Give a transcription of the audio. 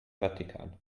vatikan